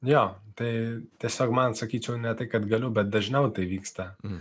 jo tai tiesiog man sakyčiau ne tai kad galiu bet dažniau tai vyksta